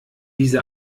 diese